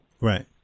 Right